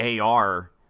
AR